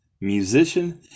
musician